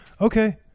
okay